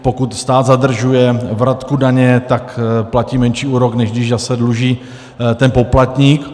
Pokud stát zadržuje vratku daně, tak platí menší úrok, než když zase dluží ten poplatník.